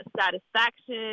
satisfaction